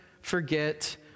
forget